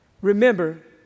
Remember